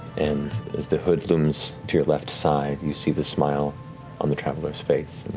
and as the hood looms to your left side, you see the smile on the traveler's face